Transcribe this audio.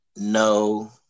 no